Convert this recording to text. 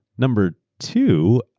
number two,